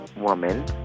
woman